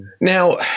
Now